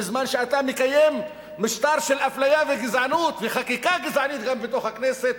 בזמן שאתה מקיים משטר של אפליה וגזענות וחקיקה גזענית כאן בתוך הכנסת,